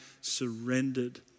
surrendered